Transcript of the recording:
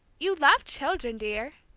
you love children, dear,